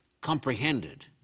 comprehended